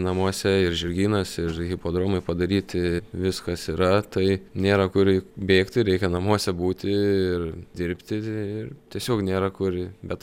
namuose ir žirgynas ir hipodromai padaryti viskas yra tai nėra kur bėgti reikia namuose būti ir dirbti ir tiesiog nėra kur bet